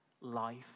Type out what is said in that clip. life